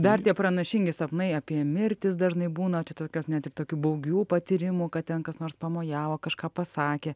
dar tie pranašingi sapnai apie mirtis dažnai būna čia tokios net ir tokių baugių patyrimų kad ten kas nors pamojavo kažką pasakė